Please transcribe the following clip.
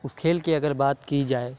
اُس کھیل کے اگر بات کی جائے